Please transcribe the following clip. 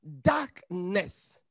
darkness